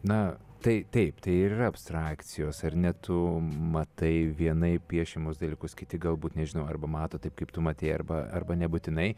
na tai taip tai ir yra abstrakcijos ar ne tu matai vienaip piešiamus dalykus kiti galbūt nežinau arba mato taip kaip tu matei arba arba nebūtinai